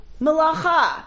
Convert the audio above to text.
melacha